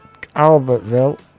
albertville